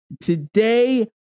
Today